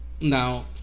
now